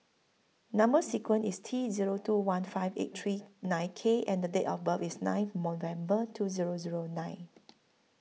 Number sequence IS T Zero two one five eight three nine K and Date of birth IS nine November two Zero Zero nine